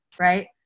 Right